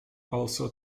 also